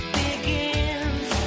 begins